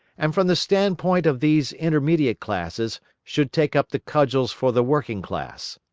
and from the standpoint of these intermediate classes should take up the cudgels for the working class.